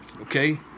okay